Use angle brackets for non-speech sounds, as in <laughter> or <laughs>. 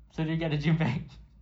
so did you get the gym bag <laughs>